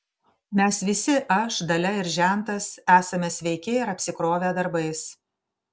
mes visi aš dalia ir žentas esame sveiki ir apsikrovę darbais